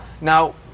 Now